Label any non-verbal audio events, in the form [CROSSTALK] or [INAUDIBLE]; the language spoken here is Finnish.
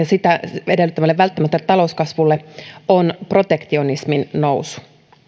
[UNINTELLIGIBLE] sitä edellyttävälle välttämättömälle talouskasvulle on protektionismin nousu